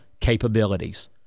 capabilities